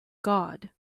god